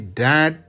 dad